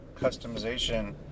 customization